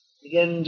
Again